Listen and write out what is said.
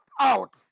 out